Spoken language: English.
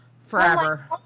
Forever